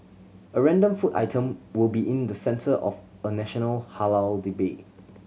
a random food item will be in the centre of a national halal debate